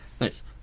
Nice